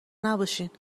نباشین